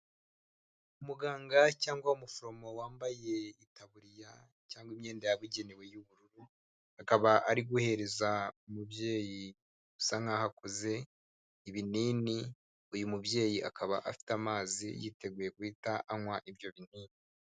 Umuganga cyangwa umuforomo wambaye itaburiya cyangwa imyenda yabugenewe y'ubururu akaba ari guhereza umubyeyi usa nkaho akuze ibinini, uyu mubyeyi akaba afite amazi yiteguye guhita anywa ibyo binini.